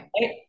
Right